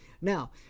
Now